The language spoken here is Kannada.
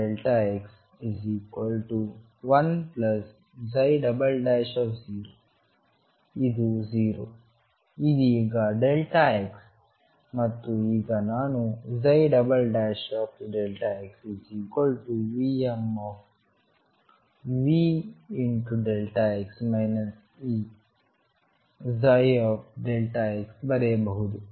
x10 ಇದು 0 ಇದೀಗ x ಮತ್ತು ಈಗ ನಾನು x2mVx Eψ ಬರೆಯಬಹುದು